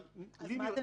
אבל לי נראה,